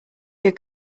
your